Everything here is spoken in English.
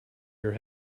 your